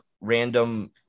random